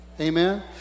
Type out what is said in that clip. amen